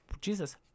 Jesus